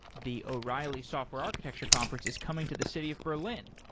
the o'reilly software architecture conference is coming to the city of berlin,